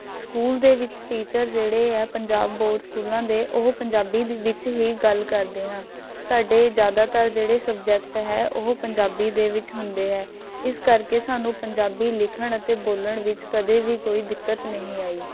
school ਦੇ ਵਿੱਚ teacher ਜਿਹੜੇ ਹੈ ਪੰਜਾਬ ਬੋਰਡ ਸਕੂਲਾਂ ਦੇ ਉਹ ਪੰਜਾਬੀ ਦੀ ਵਿੱਚ ਹੀ ਗੱਲ ਕਰਦੇ ਹੈ ਸਾਡੇ ਜ਼ਿਆਦਾਤਰ ਜਿਹੜੇ ਸਬਜੈਕਟ ਹੈ ਉਹ ਪੰਜਾਬੀ ਦੇ ਵਿੱਚ ਹੁੰਦੇ ਹੈ ਇਸ ਕਰਕੇ ਸਾਨੂੰ ਪੰਜਾਬੀ ਲਿਖਣ ਅਤੇ ਬੋਲਣ ਵਿੱਚ ਕਦੇ ਵੀ ਕੋਈ ਦਿੱਕਤ ਨਹੀਂ ਆਈ